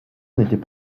n’étaient